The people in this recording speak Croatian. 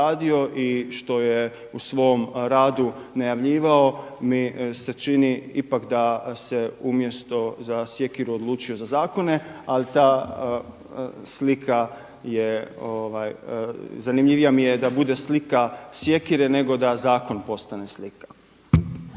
i što je u svom radu najavljivao mi se čini ipak da se umjesto za sjekiru odlučio za zakone, ali ta slika je zanimljivija mi je da bude slika sjekire nego da zakon postane slika.